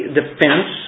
defense